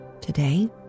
today